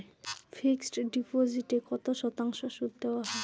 Fixed ডিপোজিটে কত শতাংশ সুদ দেওয়া হয়?